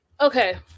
okay